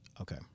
Okay